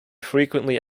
frequently